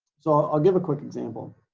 so i'll give a quick example.